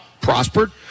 prospered